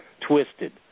twisted